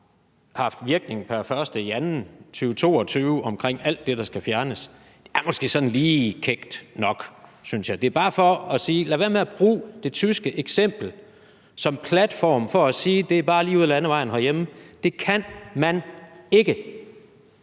har haft virkning pr. 1. februar 2022 i forhold til alt det, der skal fjernes, er måske sådan lige kækt nok, synes jeg. Det er bare for at sige: Lad være med at bruge det tyske eksempel som platform for at sige, at det bare er lige ud ad landevejen herhjemme. Så jeg vil